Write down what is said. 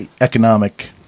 economic